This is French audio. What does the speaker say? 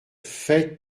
faite